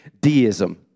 deism